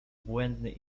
błędny